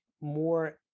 more